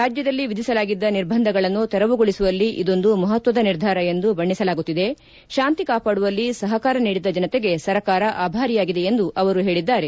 ರಾಜ್ಯದಲ್ಲಿ ವಿಧಿಸಲಾಗಿದ್ದ ನಿರ್ಬಂಧಗಳನ್ನು ತೆರವುಗೊಳಿಸುವಲ್ಲಿ ಇದೊಂದು ಮಹತ್ವದ ನಿರ್ಧಾರ ಎಂದು ಬಣ್ಣಿಸಲಾಗುತ್ತಿದೆ ಶಾಂತಿ ಕಾಪಾಡುವಲ್ಲಿ ಸಹಕಾರ ನೀಡಿದ ಜನತೆಗೆ ಸರ್ಕಾರ ಅಭಾರಿಯಾಗಿದೆ ಎಂದು ಅವರು ಹೇಳಿದ್ದಾರೆ